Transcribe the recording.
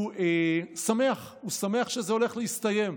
הוא שמח, הוא שמח שזה הולך להסתיים.